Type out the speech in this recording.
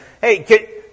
Hey